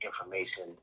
information